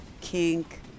Kink